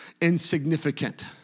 insignificant